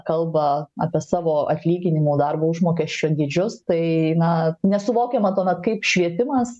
kalba apie savo atlyginimo darbo užmokesčio dydžius tai na nesuvokiama tuomet kaip švietimas